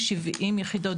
לא ראינו סיבה,